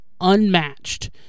unmatched